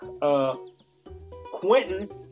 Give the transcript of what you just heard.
Quentin